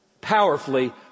Powerfully